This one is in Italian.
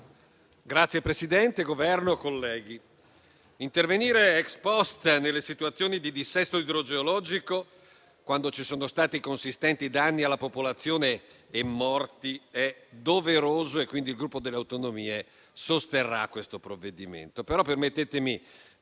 rappresentante del Governo, colleghi, intervenire *ex post* nelle situazioni di dissesto idrogeologico, quando ci sono stati consistenti danni alla popolazione e morti, è doveroso e quindi il Gruppo per le Autonomie sosterrà questo provvedimento.